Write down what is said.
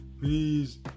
Please